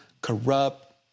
Corrupt